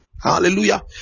hallelujah